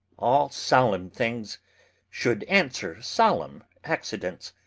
all solemn things should answer solemn accidents.